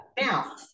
Now